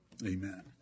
Amen